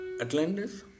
Atlantis